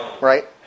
right